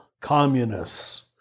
communists